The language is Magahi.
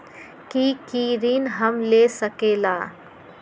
की की ऋण हम ले सकेला?